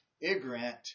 ignorant